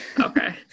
Okay